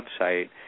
website